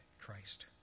Christ